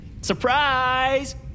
Surprise